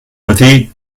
matí